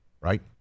right